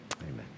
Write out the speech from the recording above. Amen